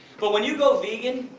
but when you go vegan,